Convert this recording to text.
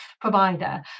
provider